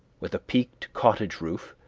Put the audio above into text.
with a peaked cottage roof,